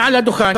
מעל הדוכן,